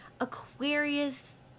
Aquarius